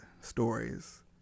stories